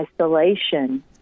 isolation